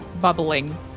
bubbling